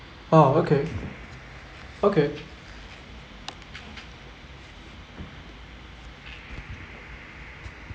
ah okay okay